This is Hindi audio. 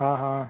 हाँ हाँ